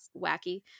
wacky